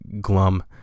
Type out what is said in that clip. glum